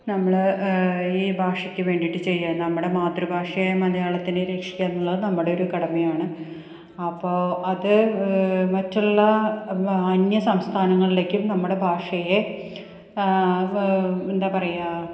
നമ്മൾ ഈ ഭാഷയ്ക്ക് വേണ്ടിയിട്ട് ചെയ്യുക നമ്മുടെ മാതൃഭാഷയെ മലയാളത്തിനെ രക്ഷിക്കുക എന്നുള്ളത് നമ്മുടെ ഒരു കടമയാണ് അപ്പോൾ അത് മറ്റുള്ള വാ അന്യ സംസ്ഥാനങ്ങളിലേക്കും നമ്മുടെ ഭാഷയെ എന്താണ് പറയുക